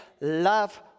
love